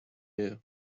here